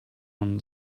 man